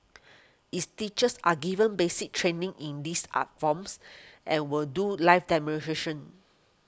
its teachers are given basic training in these art forms and will do live